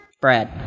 Brad